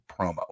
promo